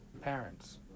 Parents